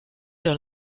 dans